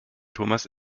thomas